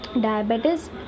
diabetes